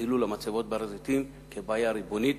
וחילול המצבות בהר-הזיתים כבעיה ריבונית,